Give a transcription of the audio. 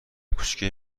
کوچیکه